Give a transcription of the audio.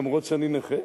למרות שאני נכה,